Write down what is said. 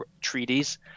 treaties